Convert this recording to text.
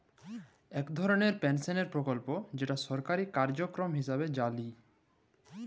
ইক ধরলের পেলশলের পরকল্প যেট সরকারি কার্যক্রম হিঁসাবে জালি